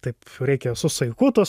taip reikia su saiku tuos